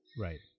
Right